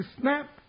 snap